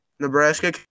Nebraska